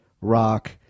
rock